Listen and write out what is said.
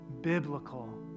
biblical